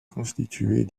constituée